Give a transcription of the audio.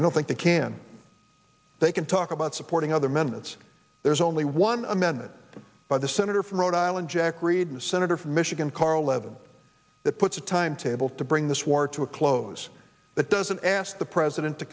i don't think they can they can talk about supporting other amendments there's only one amendment by the senator from rhode island jack reed the senator from michigan carl levin that puts a timetable to bring this war to a close but doesn't ask the president to